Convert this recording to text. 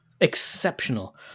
Exceptional